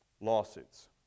Lawsuits